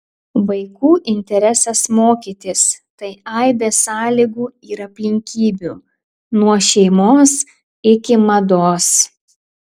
vaikų interesas mokytis tai aibė sąlygų ir aplinkybių nuo šeimos iki mados